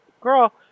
girl